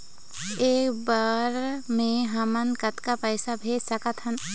एक बर मे हमन कतका पैसा भेज सकत हन?